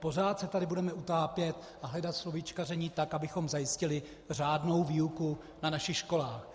Pořád se tady budeme utápět a hledat slovíčkaření tak, abychom zajistili řádnou výuku na našich školách.